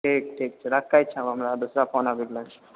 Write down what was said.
ठीक ठीक छै राखै छिअ हमरा दूसरा फोन आबी गेलो